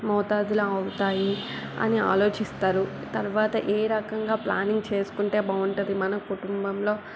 మోతాదులాగా అవుతాయి అని ఆలోచిస్తారు తరువాత ఏ రకంగా ప్లానింగ్ చేసుకుంటే బాగుంటుంది మన కుటుంబంలో